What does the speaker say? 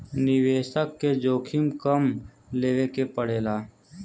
निवेसक के जोखिम कम लेवे के पड़ेला